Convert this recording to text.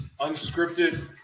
unscripted